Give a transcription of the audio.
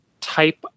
type